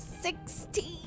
Sixteen